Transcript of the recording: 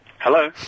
Hello